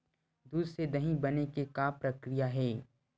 दूध से दही बने के का प्रक्रिया हे?